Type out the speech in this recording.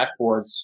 dashboards